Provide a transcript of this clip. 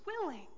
willing